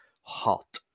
hot